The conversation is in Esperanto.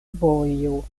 vojo